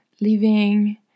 living